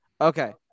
okay